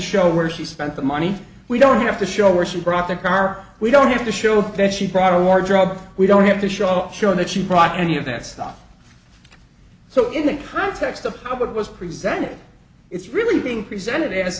show where she spent the money we don't have to show where she brought the car we don't have to show that she brought a wardrobe we don't have to show up showing that she brought any of that stuff so in the context of what was presented it's really being presented a